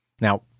Now